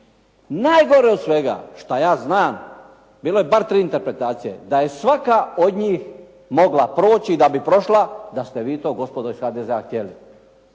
Najgore je od svega šta ja znam, bilo je bar tri interpretacije, da je svaka od njih mogla proći da bi prošla da ste vi to gospodo iz HDZ-a htjeli.